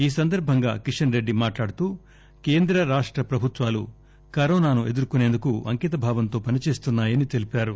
ఈ సందర్బంగా కిషన్ రెడ్డి మాట్లాడుతూ కేంద్ర రాష్ట ప్రభుత్వాలు కరోనాను ఎదుర్కోనందుకు అంకిత భావంతో పని చేస్తున్నా యని తెలిపారు